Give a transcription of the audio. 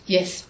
Yes